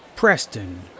Preston